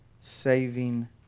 saving